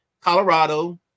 Colorado